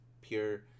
pure